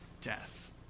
death